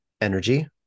energy